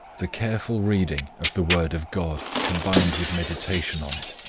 the careful reading of the word of god, combined with meditation on it.